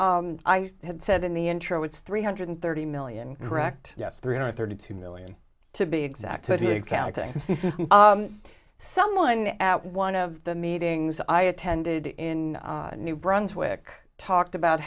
so i had said in the intro it's three hundred thirty million correct yes three hundred thirty two million to be exact to be exact to someone at one of the meetings i attended in new brunswick talked about